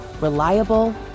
Reliable